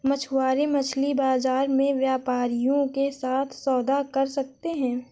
मछुआरे मछली बाजार में व्यापारियों के साथ सौदा कर सकते हैं